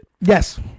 Yes